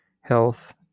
health